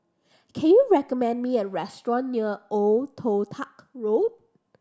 can you recommend me a restaurant near Old Toh Tuck Road